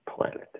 planet